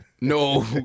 No